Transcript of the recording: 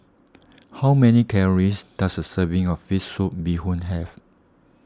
how many calories does a serving of Fish Soup Bee Hoon have